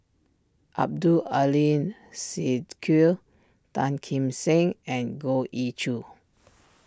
Abdul Aleem Siddique Tan Kim Seng and Goh Ee Choo